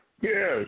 yes